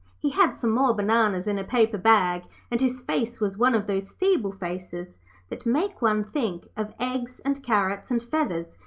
he had some more bananas in a paper bag, and his face was one of those feeble faces that make one think of eggs and carrots and feathers,